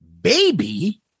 baby